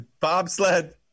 Bobsled